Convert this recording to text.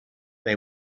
they